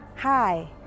Hi